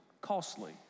costly